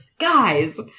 Guys